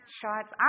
shots